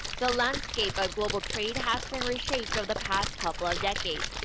the landscape of global trade has been reshaped over the past couple of decades.